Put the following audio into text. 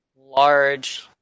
large